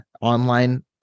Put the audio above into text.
online